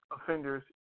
offender's